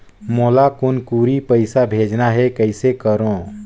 मोला कुनकुरी पइसा भेजना हैं, कइसे करो?